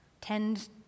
Tend